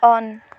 on